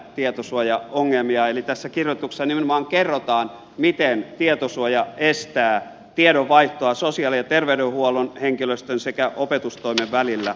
tässä kirjoituksessa nimenomaan kerrotaan miten tietosuoja estää tiedonvaihtoa sosiaali ja terveydenhuollon henkilöstön sekä opetustoimen välillä